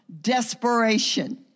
desperation